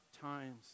times